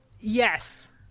Yes